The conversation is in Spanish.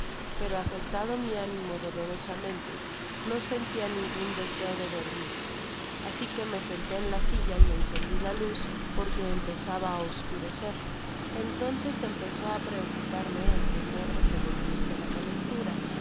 pero afectado mi ánimo dolorosamente no sentia ningun deseo de dormir asi que me senté en la silla y encendi la luz porque empezaba i oscurecer entonces empezó á preocuparme el temor de que volviese la calentura